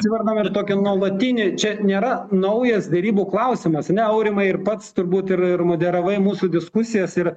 svarbu ir tokia nuolatinė čia nėra naujas derybų klausimas ne aurimai ir pats turbūt ir ir moderavai mūsų diskusijas ir